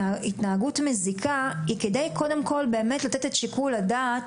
"התנהגות מזיקה" היא קודם כול כדי לתת את שיקול הדעת